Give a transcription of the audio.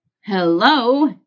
Hello